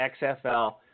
XFL